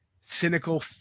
cynical